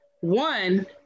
one